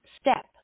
step